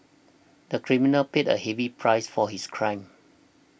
the criminal paid a heavy price for his crime